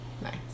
Nice